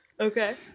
Okay